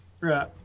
Right